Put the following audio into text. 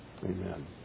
Amen